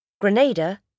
Grenada